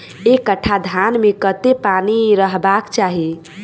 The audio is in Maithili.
एक कट्ठा धान मे कत्ते पानि रहबाक चाहि?